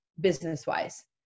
business-wise